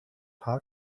paar